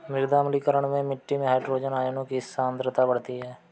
मृदा अम्लीकरण में मिट्टी में हाइड्रोजन आयनों की सांद्रता बढ़ती है